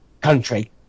country